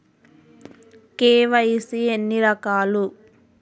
KYC ఎన్ని రకాలు?